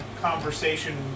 conversation